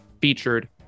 featured